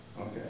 Okay